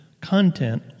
content